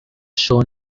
shown